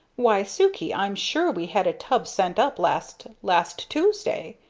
why, sukey, i'm sure we had a tub sent up last last tuesday!